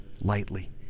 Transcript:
lightly